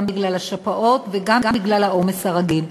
גם בגלל השפעות וגם בגלל העומס הרגיל.